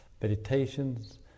meditations